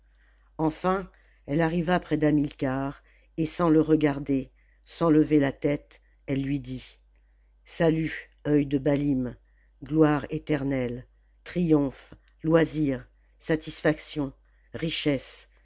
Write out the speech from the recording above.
enfin elle arriva près d'hamilcar et sans le regarder sans lever la tête elle lui dit salut œil de baalim gloire éternelle triomphe loisir satisfaction richesse